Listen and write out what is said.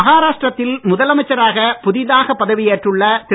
மஹாராஷ்டிரத்தில் முதலமைச்சராக புதிதாக பதவி ஏற்றுள்ள திரு